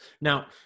Now